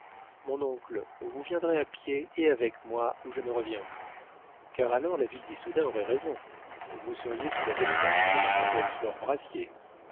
mon oncle vous viendrez à pied et avec moi ou je ne reviens plus car alors la ville d'issoudun aurait raison vous seriez sous la domination de mademoiselle